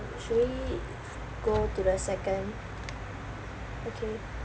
uh should we go to the second okay